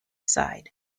side